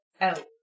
out